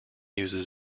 uses